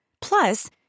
Plus